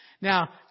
Now